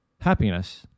happiness